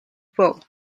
boo